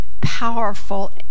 powerful